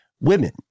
Women